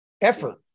effort